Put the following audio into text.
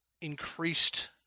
increased